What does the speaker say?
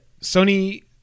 Sony